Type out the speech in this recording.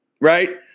right